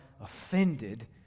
offended